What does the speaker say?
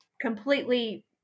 completely